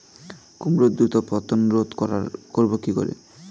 কুমড়োর দ্রুত পতন রোধ করব কি করে?